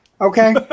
Okay